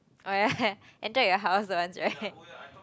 oh ya ya entered your house once right